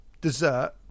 dessert